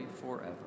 forever